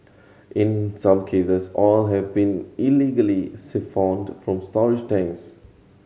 in some cases oil have been illegally siphoned from storage tanks